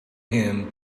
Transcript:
him